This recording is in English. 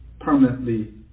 permanently